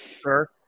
sir